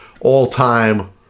all-time